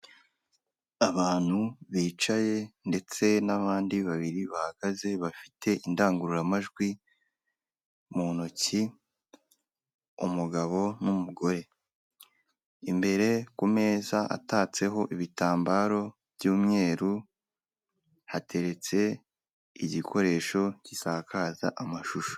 Abantu bicaye ndetse n'abandi babiri bahagaze bafite indangururamajwi mu ntoki. Umugabo n'umugore. Imbere ku meza hatatseho ibitambaro by'umweru hateretse igikoresho gisakaza amashusho.